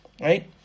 Right